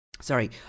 sorry